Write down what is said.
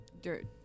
dirt